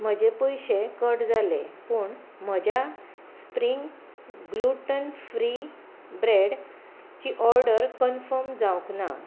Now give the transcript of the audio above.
म्हजे पयशे कट जाले पूण म्हज्या स्प्रींग ग्लुटन फ्री ब्रॅड ची ऑडर कन्फम जावक ना